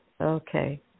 okay